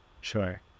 Sure